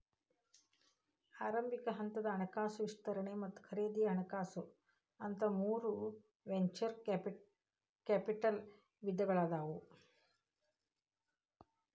ಆರಂಭಿಕ ಹಂತದ ಹಣಕಾಸು ವಿಸ್ತರಣೆ ಮತ್ತ ಖರೇದಿ ಹಣಕಾಸು ಅಂತ ಮೂರ್ ವೆಂಚೂರ್ ಕ್ಯಾಪಿಟಲ್ ವಿಧಗಳಾದಾವ